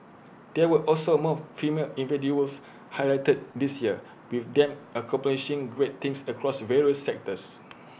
there were also more female highlighted this year with them accomplishing great things across various sectors